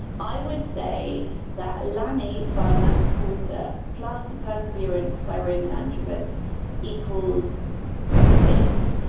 i would say that lanny by max porter plus the perseverance by raymond antrobus equals this.